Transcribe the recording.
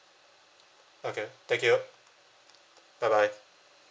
okay thank you bye bye